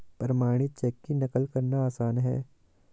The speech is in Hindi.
प्रमाणित चेक की नक़ल करना आसान है